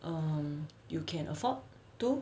um you can afford to